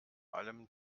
allem